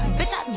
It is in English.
Bitch